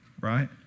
Right